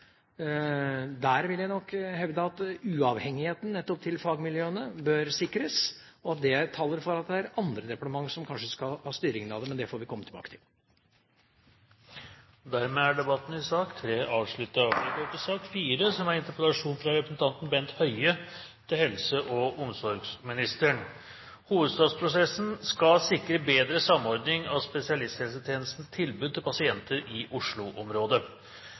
Der vil jeg nok hevde at uavhengigheten nettopp til fagmiljøene bør sikres, og at det taler for at det er andre departement som kanskje skal ha styringen av det. Men det får vi komme tilbake til. Dermed er debatten i sak nr. 3 avsluttet. Det har vært bred politisk enighet om behovet for en bedre samordning av helsetilbudet i hovedstadsområdet. Denne interpellasjonen handler om hvordan vi skal sikre